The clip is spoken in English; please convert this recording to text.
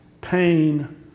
pain